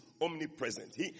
omnipresent